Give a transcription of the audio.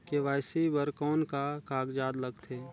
KYC बर कौन का कागजात लगथे?